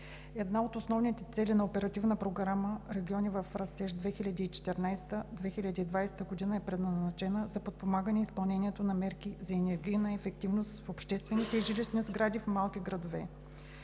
една от основните цели на Оперативна програма „Региони в растеж“ 2014 – 2020 г. е предназначена за подпомагане изпълнението на мерки за енергийна ефективност в обществените жилищни сгради в малки градове,